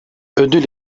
ödül